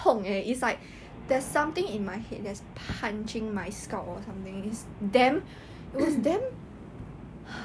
the 男主角是 C_E_O like 大老板 like 总裁那种 then after that the 女孩子 is just like a normal girl then suddenly